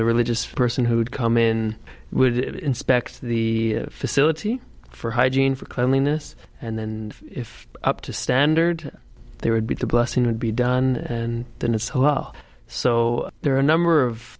the religious person who would come in would inspect the facility for hygiene for cleanliness and then if up to standard they would be the blessing would be done and then it's hall so there are a number of